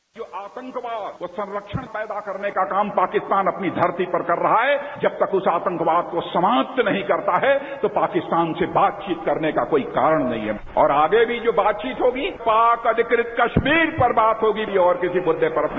bite जो आतंकवाद और संरक्षण देने पैदा करने का काम पाकिस्तान अपनी धरती पर कर रहा है जब तक उस आतंकवाद को समाप्त नहीं करता है तो पाकिस्तान से बातचीत करने का कोई कारण नहीं है और आगे भी जो बातचीत होगी पाक अधिकृत कश्मीतर पर बात होगी और किसी मुद्दे पर नहीं